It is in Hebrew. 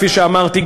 כפי שאמרתי,